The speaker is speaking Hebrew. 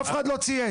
אף אחד לא צייץ.